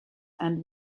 and